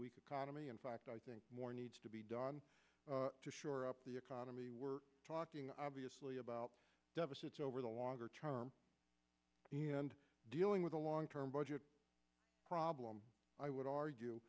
weak economy in fact i think more needs to be done to shore up the economy we're talking obviously about deficits over the longer term and dealing with a long term budget problem i would argue